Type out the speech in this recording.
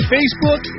Facebook